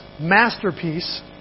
masterpiece